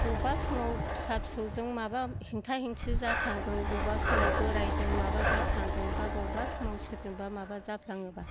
बबेबा समाव फिसा फिसौजों माबा हेंथा हेंथि जाफ्लांगोन बबेबा समाव बोरायजों माबा जाफ्लांगोन बा बबेबा समाव सोरजोंबा माबा जाफ्लाङोबा